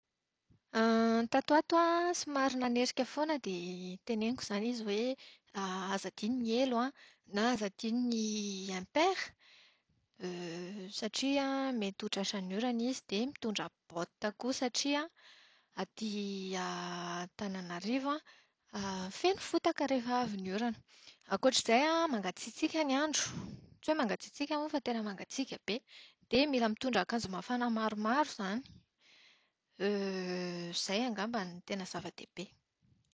Tato ho ato an, somary nanerika foana dia teneniko izany izy hoe aza adino ny elo an, na aza adino ny impera. Satria mety ho tratran'ny orana izy dia mitondra baoty koa satiai aty Antananarivo feno fotaka rehefa avy ny orana. Ankoatr'izay an, mangatsiatsiaka ny andro. Tsy hoe mangatsiatsiaka fa tena mangatsiaka be. Dia mila mitondra akanjo mafana maromaro izany. Izay angambany no tena zava-dehibe.